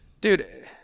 dude